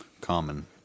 common